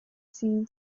seen